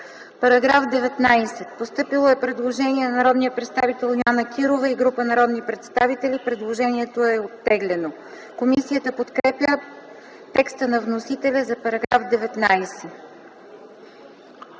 По § 19 е постъпило предложение на народния представител Йоана Кирова и група народни представители. Предложението е оттеглено. Комисията подкрепя текста на вносителя за § 19.